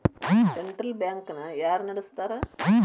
Central bank ನ ಯಾರ್ ನಡಸ್ತಾರ?